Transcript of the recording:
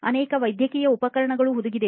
ಅನೇಕ ವೈದ್ಯಕೀಯ ಉಪಕರಣಗಳು ಹುದುಗಿದೆ